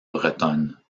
bretonne